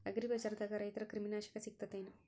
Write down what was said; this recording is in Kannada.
ಅಗ್ರಿಬಜಾರ್ದಾಗ ರೈತರ ಕ್ರಿಮಿ ನಾಶಕ ಸಿಗತೇತಿ ಏನ್?